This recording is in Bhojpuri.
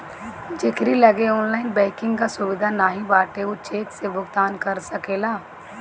जेकरी लगे ऑनलाइन बैंकिंग कअ सुविधा नाइ बाटे उ चेक से भुगतान कअ सकेला